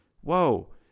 Whoa